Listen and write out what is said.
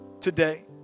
today